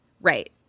Right